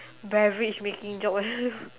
beverage making job